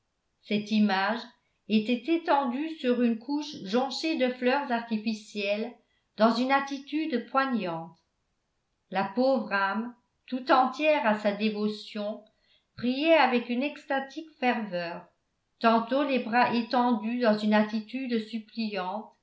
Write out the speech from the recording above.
cette image était étendue sur une couche jonchée de fleurs artificielles dans une attitude poignante la pauvre âme tout entière à sa dévotion priait avec une extatique ferveur tantôt les bras étendus dans une attitude suppliante